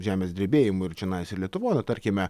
žemės drebėjimų ir čionai lietuvoj nu tarkime